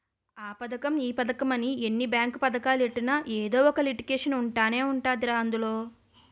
ఆ పదకం ఈ పదకమని ఎన్ని బేంకు పదకాలెట్టినా ఎదో ఒక లిటికేషన్ ఉంటనే ఉంటదిరా అందులో